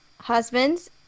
husband's